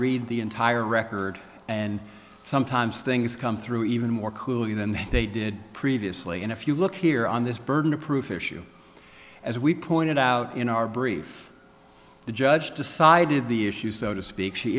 read the entire record and sometimes things come through even more clearly than they did previously and if you look here on this burden of proof issue as we pointed out in our brief the judge decided the issue so to speak she